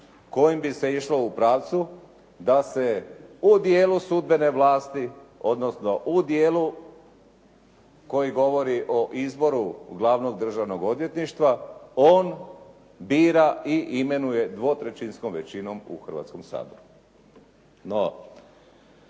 kojim bi se išlo u pravcu da se u dijelu sudbene vlasti, odnosno u dijelu koji govori o izboru glavnog državnog odvjetnika on bira i imenuje dvotrećinskom većinom u Hrvatskom saboru.